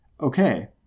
okay